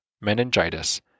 meningitis